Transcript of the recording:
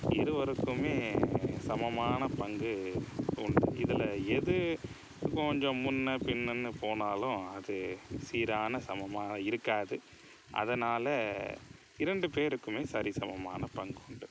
இருவருக்குமே சமமான பங்கு உண்டு இதில் எது கொஞ்சோம் முன்ன பின்னேன்னு போனாலும் அது சீரான சமமாக இருக்காது அதனாலே இரண்டு பேருக்குமே சரிசமமான பங்கு உண்டு